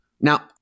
Now